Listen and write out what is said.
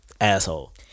asshole